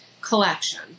collection